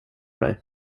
mig